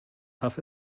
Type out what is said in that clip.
have